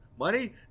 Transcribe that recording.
money